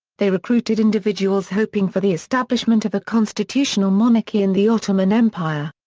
they recruited individuals hoping for the establishment of a constitutional monarchy in the ottoman empire.